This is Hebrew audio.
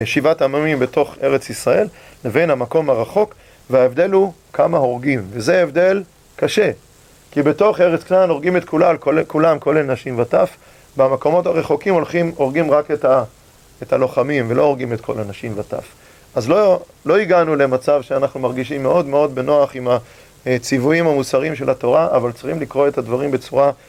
ישיבת עממים בתוך ארץ ישראל, לבין המקום הרחוק, וההבדל הוא כמה הורגים, וזה הבדל קשה. כי בתוך ארץ כנען הורגים את כולם, כולל כולם, כולל נשים וטף. במקומות הרחוקים הולכים, הורגים רק את הלוחמים, ולא הורגים את כל הנשים וטף. אז לא הגענו למצב שאנחנו מרגישים מאוד מאוד בנוח עם הציוויים המוסריים של התורה, אבל צריכים לקרוא את הדברים בצורה...